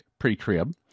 pre-trib